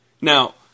Now